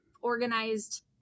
organized